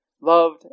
Loved